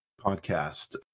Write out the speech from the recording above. podcast